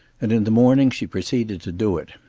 and in the morning she proceeded to do it.